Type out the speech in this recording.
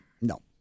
No